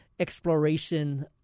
exploration